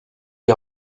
est